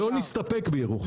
לא נסתפק בירוחם.